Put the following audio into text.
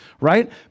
right